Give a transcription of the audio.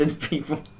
people